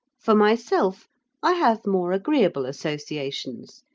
for myself i have more agreeable associations,